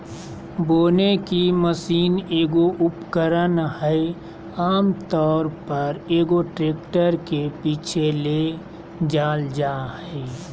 बोने की मशीन एगो उपकरण हइ आमतौर पर, एगो ट्रैक्टर के पीछे ले जाल जा हइ